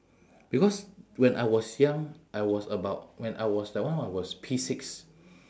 because when I was young I was about when I was that one I was P six